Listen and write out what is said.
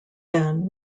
then